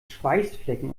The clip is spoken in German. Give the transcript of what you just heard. schweißflecken